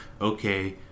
okay